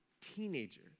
teenager